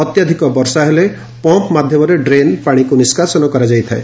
ଅତ୍ୟଧିକ ବର୍ଷା ହେଲେ ପମ୍ମ୍ ମାଧ୍ଧମରେ ଡ୍ରେନ୍ ପାଣିକୁ ନିଷ୍କାସନ କରାଯାଇଥାଏ